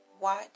watch